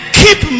keep